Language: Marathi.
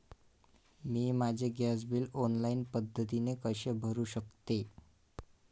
मी माझे गॅस बिल ऑनलाईन पद्धतीने कसे भरु शकते?